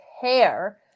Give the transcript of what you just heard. care